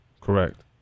Correct